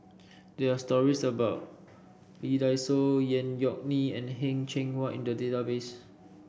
there are stories about Lee Dai Soh Tan Yeok Nee and Heng Cheng Hwa in the database